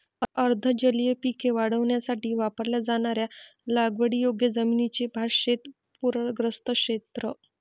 अर्ध जलीय पिके वाढवण्यासाठी वापरल्या जाणाऱ्या लागवडीयोग्य जमिनीचे भातशेत पूरग्रस्त क्षेत्र